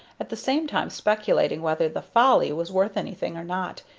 at the same time speculating whether the folly was worth anything or not,